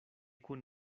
kun